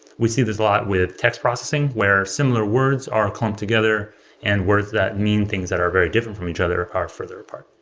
we see this a lot with text processing, where similar words are clumped together and words that mean things that are very different from each other are farther apart